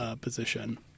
position